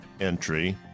entry